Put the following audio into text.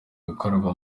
gukaraba